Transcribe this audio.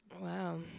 Wow